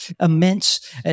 immense